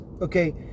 okay